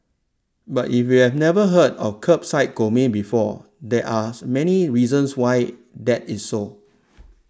but if you've never heard of Kerbside Gourmet before there are many reasons why that is so